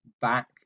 back